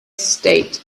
stayed